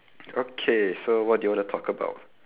okay so what do you want to talk about